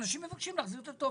אנשים מבקשים להחזיר את הטופס.